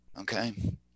okay